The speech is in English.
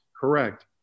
Correct